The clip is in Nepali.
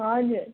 हजुर